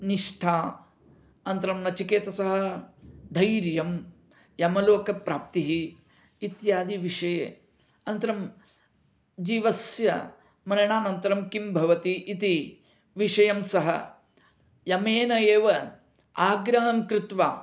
निष्ठा अनन्तरं नचिकेतसः धैर्यं यमलोकप्राप्तिः इत्यादि विषये अनन्तरं जीवस्य मरणानन्तरं किं भवति इति विषयं सः यमेन एव आग्रहं कृत्वा